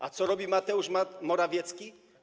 A co robi Mateusz Morawiecki?